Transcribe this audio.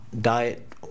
diet